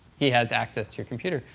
he has access to computer.